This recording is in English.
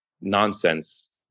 nonsense